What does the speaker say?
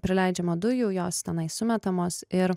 prileidžiama dujų jos tenai sumetamos ir